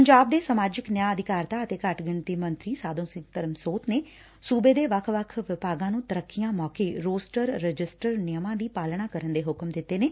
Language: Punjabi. ਪੰਜਾਬ ਦੇ ਸਮਾਜਿਕ ਨਿਆਂ ਅਧਿਕਾਰਤਾ ਅਤੇ ਘੱਟ ਗਿਣਤੀ ਮੰਤਰੀ ਸਾਧੁ ਸਿੰਘ ਧਰਮਸੋਤ ਨੇ ਸੁਬੇ ਦੇ ਵੱਖ ਵੱਖ ਵਿਭਾਗਾਂ ਨੂੰ ਤਰੱਕੀਆਂ ਮੌਕੇ ਰੋਸਟਰ ਰਜਿਸਟਰ ਨਿਯਮਾਂ ਦੀ ਪਾਲਣਾ ਕਰਨ ਦੇ ਹੁਕਮ ਦਿੱਤੇ ਨੇ